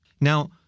Now